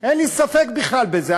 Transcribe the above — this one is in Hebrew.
אין לי ספק בכלל בזה.